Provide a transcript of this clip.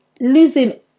Losing